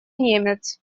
немец